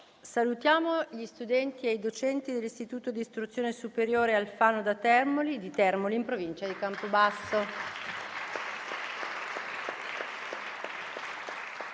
docenti e gli studenti dell'Istituto di istruzione superiore «Alfano da Termoli» di Termoli, in provincia di Campobasso,